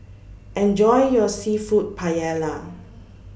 Enjoy your Seafood Paella